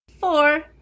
four